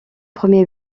premiers